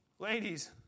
Ladies